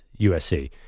USC